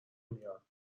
میارم